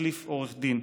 תחליף עורך דין,